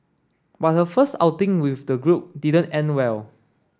but her first outing with the group didn't end well